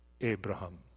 Abraham